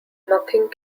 nothing